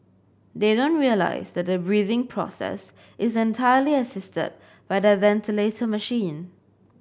they don't realise that the breathing process is entirely assisted by the ventilator machine